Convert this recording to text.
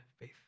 faith